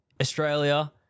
Australia